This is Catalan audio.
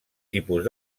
tipus